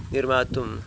निर्मातुं